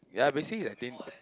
ya basically I think